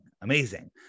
amazing